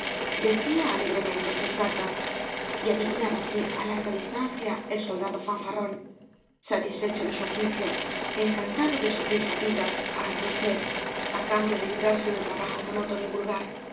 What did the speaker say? decía alegremente en sus cartas y adivinábase á larga distancia el soldado fanfarrón satisfecho de su oficio encantado de sufrir fatigas hambre y sed á cambio de librarse del trabajo monótono y vulgar